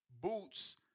boots